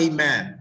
Amen